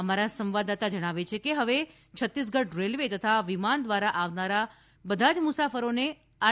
અમારા સંવાદદાતા જણાવે છે કે હવે છત્તીસગઢ રેલવે તથા વિમાન દ્વારા આવનારા બધા જ મુસાફરોને આર